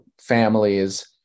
families